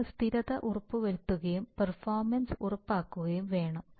നിങ്ങൾ സ്ഥിരത ഉറപ്പുവരുത്തുകയും പെർഫോമൻസ് ഉറപ്പാക്കുകയും വേണം